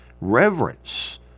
reverence